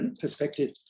perspective